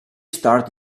start